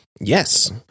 Yes